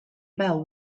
bell